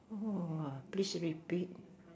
no what this should be quick